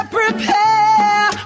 prepare